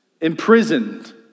imprisoned